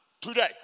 today